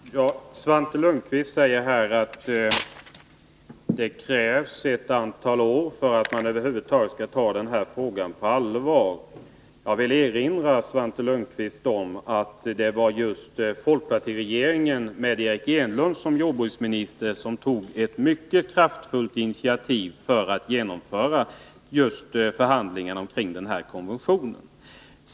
Herr talman! Svante Lundkvist säger att det har krävts ett antal år för att man över huvud taget skall ta den här frågan på allvar. Jag vill erinra Svante Lundkvist om att folkpartiregeringen med Eric Enlund som jordbruksminister tog ett mycket kraftfullt initiativ för att genomföra förhandlingarna kring denna konvention.